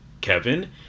kevin